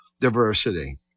diversity